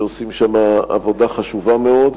שעושים שם עבודה חשובה מאוד,